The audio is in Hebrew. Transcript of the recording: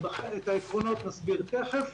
ובחלק --- נסביר תכף.